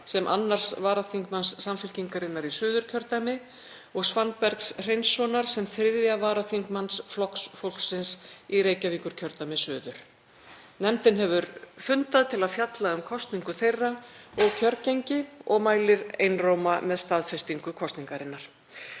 sem 2. varaþingmanns Samfylkingarinnar í Suðurkjördæmi og Svanbergs Hreinssonar sem 3. varaþingmanns Flokks fólksins í Reykjavíkurkjördæmi suður. Nefndin hefur fundað til að fjalla um kosningu þeirra og kjörgengi og mælir einróma með staðfestingu kosningar